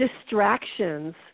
distractions